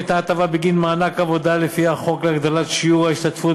ניתנה הטבה בגין מענק עבודה לפי החוק להגדלת שיעור ההשתתפות